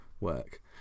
work